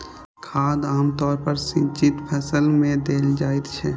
खाद आम तौर पर सिंचित फसल मे देल जाइत छै